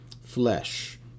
flesh